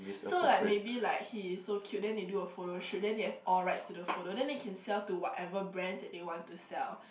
so like maybe like he is so cute then they do a photo shoot then they have all rights to the photo then they can sell to whatever brands that they want to sell